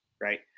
Right